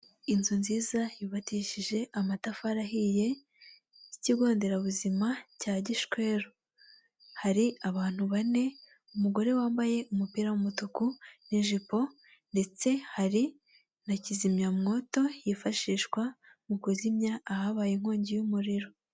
Inzu nziza yubakishije amatafari ahiye y'ikigo nderabuzima cya Gishweru, hari abantu bane, umugore wambaye umupira w'umutuku, n'ijipo, ndetse hari na kizimyamwoto yifashishwa mu kuzimya ahabaye inkongi y'umuriro.